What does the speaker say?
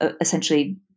essentially